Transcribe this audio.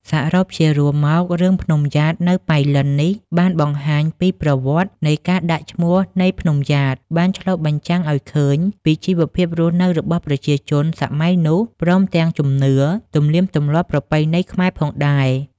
សរុបជារួមមក រឿង ភ្នំំយ៉ាតនៅប៉ៃលិននេះបានបង្ហាញពីប្រវត្តិនៃការដាក់ឈ្មោះនៃភ្នំយ៉ាត បានឆ្លុះបញ្ចាំងឲ្យឃើញពីជីវភាពរស់នៅរបស់ប្រជាជននាសម័យនោះ ព្រមទាំងជំនឿ ទំនៀមទំម្លាប់ប្រពៃណីខ្មែរផងដែរ។